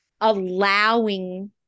allowing